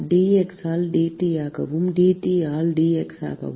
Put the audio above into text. dx ஆல் dT ஆகவும் dT ஆல் dx ஆகவும்